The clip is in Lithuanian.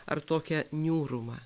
ar tokią niūrumą